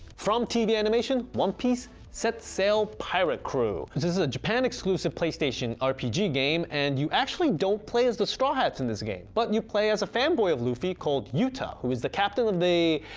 from tv animation one piece set sail pirate crew! this is a japan-exclusive playstation, rpg game, and you actually don't play as the straw hats and this game but and you play a fanboy of luffy called yuta who is the captain of the,